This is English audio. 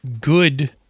good